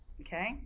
Okay